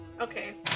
Okay